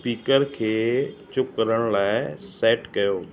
speaker खे चुप करण लाइ सैट कयो